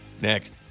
Next